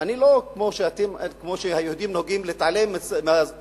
אני לא כמו שהיהודים נוהגים להתעלם מהזכויות,